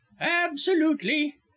Absolutely